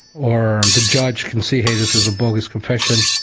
or the judge can say, hey, this is a bogus confession,